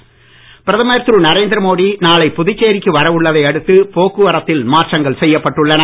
போக்குவரத்துமாற்றம் பிரதமர் திரு நரேந்திர மோடி நாளை புதுச்சேரிக்கு வரவுள்ளதை அடுத்து போக்குவரத்தில் மாற்றங்கள் செய்யப்பட்டுள்ளன